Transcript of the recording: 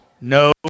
no